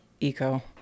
eco